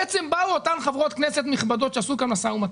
בעצם באו אותן חברות כנסת נכבדות שעשו את המשא ומתן,